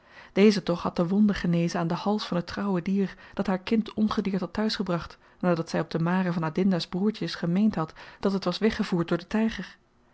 deze toch had de wonde genezen aan den hals van het trouwe dier dat haar kind ongedeerd had thuis gebracht nadat zy op de mare van adinda's broertjes gemeend had dat het was weggevoerd door den tyger